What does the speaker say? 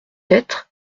être